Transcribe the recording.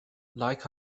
like